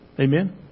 Amen